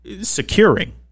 securing